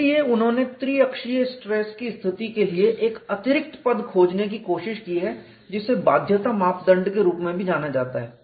इसलिए उन्होंने त्रिअक्षीय स्ट्रेस की स्थिति के लिए एक अतिरिक्त पद खोजने की कोशिश की है जिसे बाध्यता मापदंड के रूप में भी जाना जाता है